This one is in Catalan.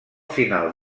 final